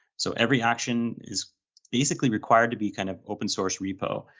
so every action is basically required to be kind of open source repo,